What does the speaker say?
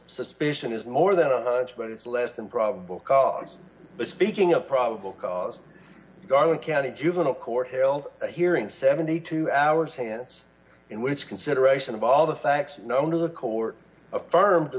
suspicion is more than a hunch but it's less than probable cause misspeaking a probable cause garland county juvenile court held a hearing seventy two hours hands in which consideration of all the facts known to the court affirm